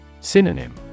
Synonym